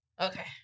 Okay